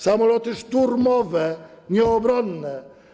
Samoloty szturmowe, nie obronne.